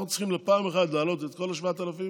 אנחנו צריכים בפעם אחת להעלות את כל ה-7,000,